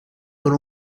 con